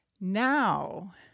Now